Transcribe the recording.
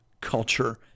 culture